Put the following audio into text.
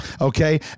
Okay